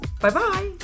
Bye-bye